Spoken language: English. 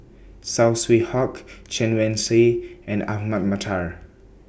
Saw Swee Hock Chen Wen Hsi and Ahmad Mattar